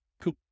Cool